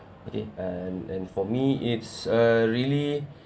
okay and and for me it's a really